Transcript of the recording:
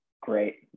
great